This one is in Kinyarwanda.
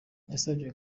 yasabye